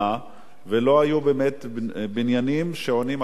ולא היו בניינים שעונים על התקן.